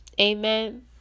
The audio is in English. Amen